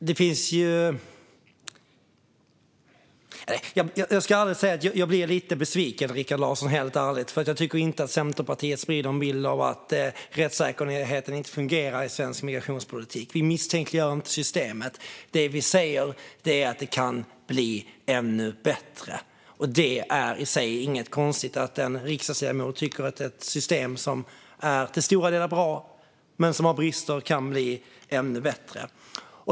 Fru talman! Jag blir ärligt talat lite besviken, Rikard Larsson. Jag tycker inte att Centerpartiet sprider en bild av att rättssäkerheten i svensk migrationspolitik inte fungerar. Vi misstänkliggör inte systemet. Det vi säger är att det kan bli ännu bättre. Det är inget konstigt i sig att en riksdagsledamot tycker att ett system som är i stora delar bra men har brister kan bli ännu bättre.